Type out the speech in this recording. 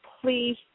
please